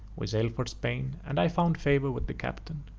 we sailed for spain, and i found favour with the captain.